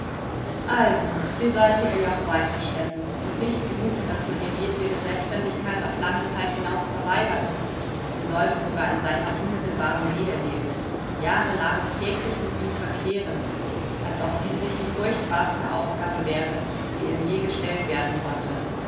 also sie sollte ihr joch weiterschleppen und nicht genug daß man ihr jedwede selbständigkeit auf lange zeit hinaus verweigerte sie sollte sogar in seiner unmittelbaren nähe leben jahrelang täglich mit ihm verkehren als ob dies nicht die furchtbarste aufgabe wäre die ihr je gestellt werden konnte